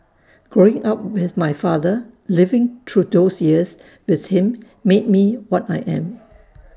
growing up with my father living through those years with him made me what I am